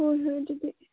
ꯍꯣꯏ ꯍꯣꯏ ꯑꯗꯨꯗꯤ